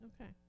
Okay